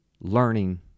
learning